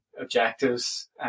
objectives